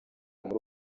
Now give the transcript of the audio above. muri